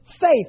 faith